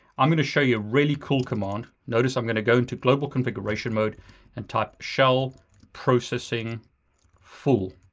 i'm gonna show you a really cool command. notice i'm gonna go into global configuration mode and type shell processing full.